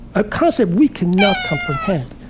a concept we cannot comprehend